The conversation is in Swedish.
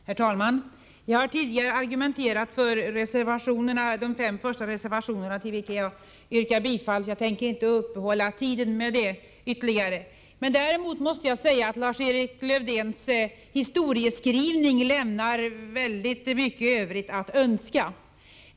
Herr talman! Jag har tidigare argumenterat för de fem första reservationerna till vilka jag yrkar bifall. Jag tänker inte ta mer tid i anspråk för dem nu. Däremot måste jag säga att Lars-Erik Lövdéns historieskrivning lämnar mycket övrigt att önska.